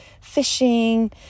fishing